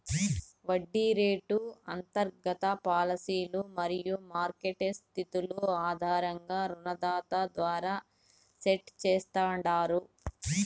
వడ్డీ రేటు అంతర్గత పాలసీలు మరియు మార్కెట్ స్థితుల ఆధారంగా రుణదాత ద్వారా సెట్ చేస్తాండారు